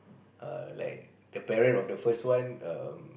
err like the parent of the first one um